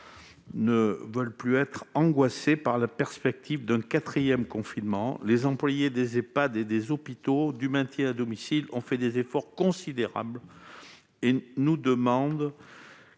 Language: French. ne veulent plus être angoissés par la perspective d'un quatrième confinement. Les salariés des Ehpad, des hôpitaux et du maintien à domicile, qui ont fait des efforts considérables, nous demandent